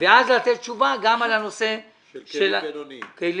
אז לתת תשובה גם על הנושא של הכלים הבינוניים.